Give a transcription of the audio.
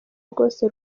rwose